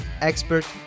expert